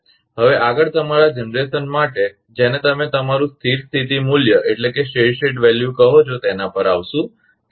હવે આગળ તમારા જનરેશન માટે જેને તમે તમારુ સ્થિર સ્થિતી મૂલ્યસ્ટેડી સ્ટેટ વેલ્યુ કહો છો તેના પર આવશું